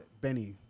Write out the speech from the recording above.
Benny